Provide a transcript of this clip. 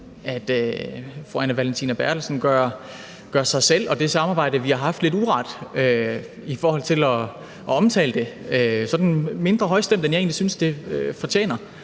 at fru Anne Valentina Berthelsen gør sig selv og det samarbejde, vi har haft, lidt uret i forhold til at omtale det sådan mindre højstemt, end jeg egentlig synes det fortjener,